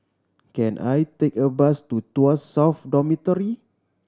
can I take a bus to Tuas South Dormitory